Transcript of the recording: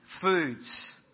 foods